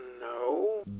No